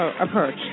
approach